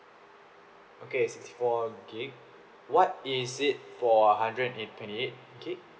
okay sixty four gig what is it for hundred and twenty eight gig